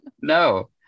No